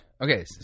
Okay